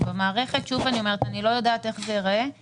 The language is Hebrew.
המנכ"ל כאן ואני מתנצל מראש אם אני לא מזהה אנשים נוספים.